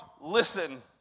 listen